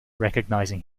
recognizing